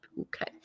Okay